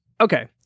Okay